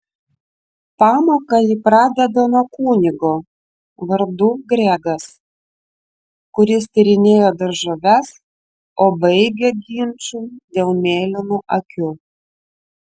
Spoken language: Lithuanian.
pamoką ji pradeda nuo kunigo vardu gregas kuris tyrinėjo daržoves o baigia ginču dėl mėlynų akių